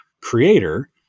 creator